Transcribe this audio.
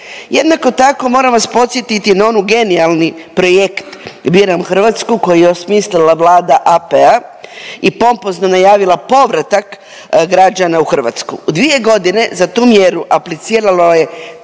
Jednako tako moram vas podsjetiti na onaj genijalni projekt „Biram Hrvatsku“ koju je osmislila Vlada AP-a i pompozno najavila povratak građana u Hrvatsku. 2.g. za tu mjeru apliciralo je